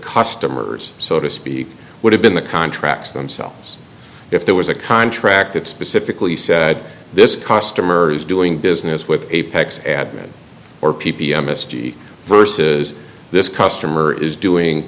customers so to speak would have been the contracts themselves if there was a contract that specifically said this customer is doing business with apex admin or p p m misty versus this customer is doing